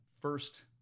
first